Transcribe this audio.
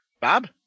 Bob